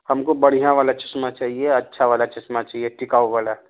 ہم کو بڑھیا والا چشمہ چاہیے اچھا والا چشمہ چاہیے ٹکاؤ والا